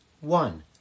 one